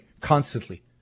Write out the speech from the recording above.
constantly